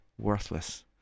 worthless